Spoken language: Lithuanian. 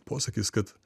posakis kad